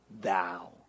thou